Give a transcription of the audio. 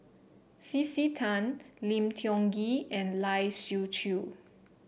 C C Tan Lim Tiong Ghee and Lai Siu Chiu